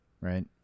Right